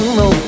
no